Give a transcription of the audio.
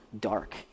dark